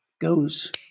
goes